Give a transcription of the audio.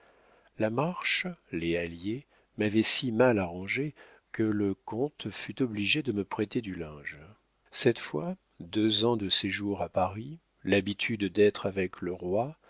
la marche les halliers m'avaient si mal arrangé que le comte fut obligé de me prêter du linge cette fois deux ans de séjour à paris l'habitude d'être avec le roi